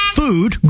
food